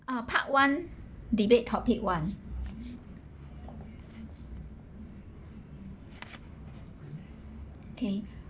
ah part one debate topic one okay